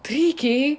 three K